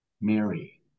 Mary